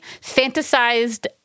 fantasized